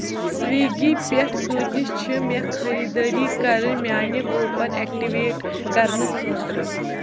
Swiggy پٮ۪ٹھ کۭتِس چھِ مےٚ خٔریٖدٲری کَرٕنۍ میٛانہِ کوپَن اٮ۪کٹِویٹ کَرنہٕ خٲطرٕ